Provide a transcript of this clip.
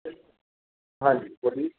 ہاں جی بولیے